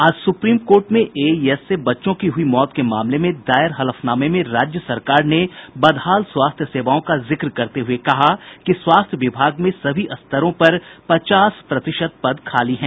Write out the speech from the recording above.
आज supreme court में AES से बच्चों की हुई मौत के मामले में दायर हलफनामे में राज्य सरकार ने बदहाल स्वास्थ्य सेवाओं का जिक्र करते हुए कहा कि स्वास्थ्य विभाग में सभी स्तरों पर पचास प्रतिशत पद खाली हैं